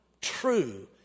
true